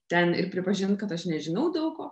ten ir pripažint kad aš nežinau daug ko